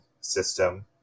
system